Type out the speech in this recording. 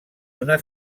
una